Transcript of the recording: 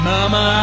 Mama